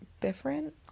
different